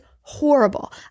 horrible